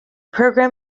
program